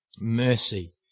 Mercy